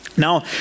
Now